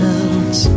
else